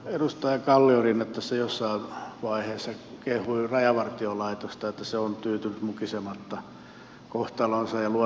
edustaja kalliorinne tässä jossain vaiheessa kehui rajavartiolaitosta että se on tyytynyt mukisematta kohtaloonsa ja luottaa johtoonsa